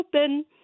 open